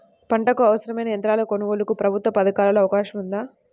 పంటకు అవసరమైన యంత్రాల కొనగోలుకు ప్రభుత్వ పథకాలలో అవకాశం ఉందా?